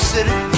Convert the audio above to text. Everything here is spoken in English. City